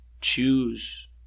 choose